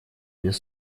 без